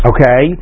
Okay